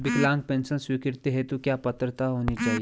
विकलांग पेंशन स्वीकृति हेतु क्या पात्रता होनी चाहिये?